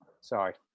Sorry